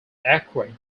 acquired